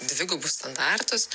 dvigubus standartus